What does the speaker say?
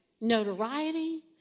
notoriety